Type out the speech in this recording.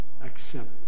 accept